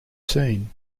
seen